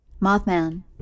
Mothman